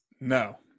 no